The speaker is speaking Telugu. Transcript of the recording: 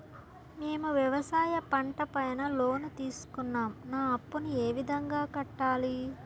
మేము వ్యవసాయ పంట పైన లోను తీసుకున్నాం నా అప్పును ఏ విధంగా కట్టాలి